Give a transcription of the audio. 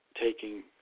taking